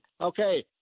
Okay